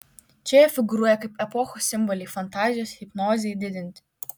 čia jie figūruoja kaip epochos simboliai fantazijos hipnozei didinti